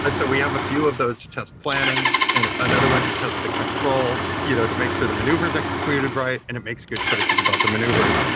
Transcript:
but so we have a few of those to test planning and another one to test the controls, you know to make sure the maneuver is executed right and it makes a good choices about the maneuvers.